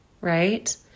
right